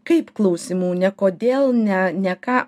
kaip klausimų ne kodėl ne ne ką